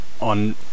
on